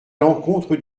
l’encontre